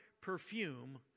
perfume